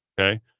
Okay